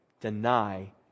deny